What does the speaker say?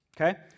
Okay